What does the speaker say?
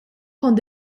kont